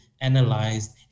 analyzed